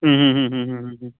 ಹ್ಞೂ ಹ್ಞೂ ಹ್ಞೂ ಹ್ಞೂ ಹ್ಞೂ ಹ್ಞೂ ಹ್ಞೂ